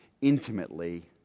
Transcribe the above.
intimately